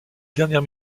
dernières